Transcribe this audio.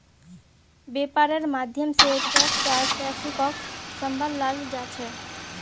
वैपार्र माध्यम से टैक्स आर ट्रैफिकक सम्भलाल जा छे